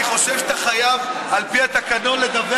אני חושב שאתה חייב על פי התקנון לדווח